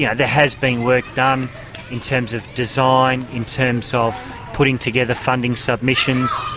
yeah there has been work done in terms of design, in terms of putting together funding submissions,